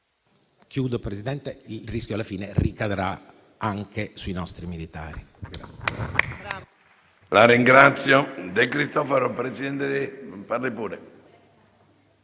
rafforzata, il rischio alla fine ricadrà anche sui nostri militari.